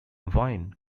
vine